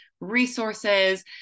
resources